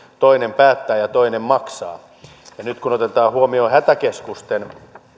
toinen päättää ja toinen maksaa nyt kun otetaan huomioon hätäkeskusten